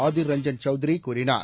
ஆதிர் ரஞ்சன் சௌத்ரி கூறினார்